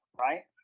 right